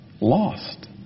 lost